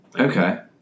okay